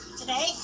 Today